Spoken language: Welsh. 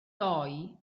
doi